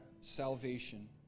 salvation